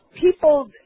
people